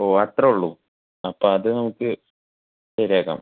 ഓ അത്രയേ ഉള്ളു അപ്പോൾ അത് നമുക്ക് ശരിയാക്കാം